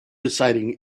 deciding